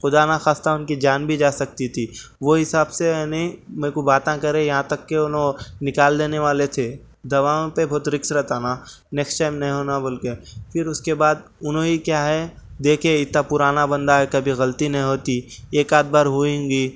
خدا نخواستہ ان کی جان بھی جا سکتی تھی وہ حساب سے یعنی میرے کو باتاں کرے یہاں تک کہ انھوں نکال دینے والے تھے دواؤں پہ بہت رکس رہتا نا نکس ٹائم نہیں ہونا بول کے پھر اس کے بعد انہوں ہی کیا ہے دیکھیے اتا پرانا بندا ہے کبھی غلطی نہیں ہوتی ایک آدھ بار ہوئیں گی